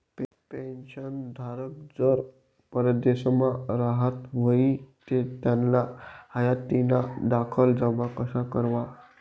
पेंशनधारक जर परदेसमा राहत व्हयी ते त्याना हायातीना दाखला जमा कशा करवा?